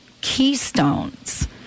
keystones